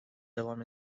devam